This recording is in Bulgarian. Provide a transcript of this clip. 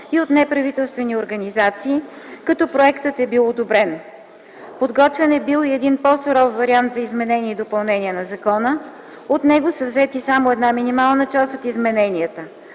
и от неправителствени организации, като проектът е бил одобрен. Подготвен е бил и по суров вариант за изменение и допълнение на закона. От него е взета минимална част от измененията.